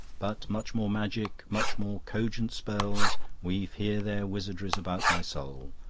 but much more magic, much more cogent spells weave here their wizardries about my soul.